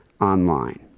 online